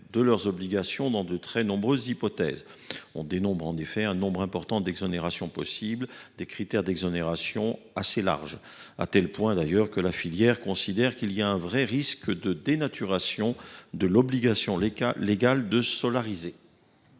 de leurs obligations dans de très nombreuses hypothèses : il existe ainsi un nombre important d’exonérations possibles, selon des critères assez larges, au point que la filière considère qu’il y a un vrai risque de dénaturation de l’obligation légale de solariser.